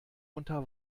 unter